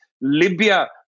Libya